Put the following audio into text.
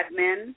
admin